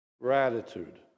gratitude